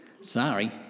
Sorry